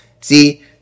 see